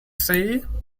see